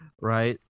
Right